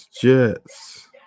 Jets